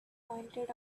pointed